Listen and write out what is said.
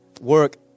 work